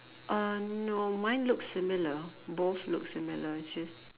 uh no mine looks similar both looks similar just